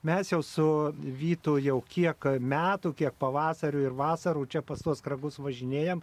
mes jau su vytu jau kiek metų kiek pavasario ir vasarų čia pas tuos kragus važinėjame